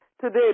Today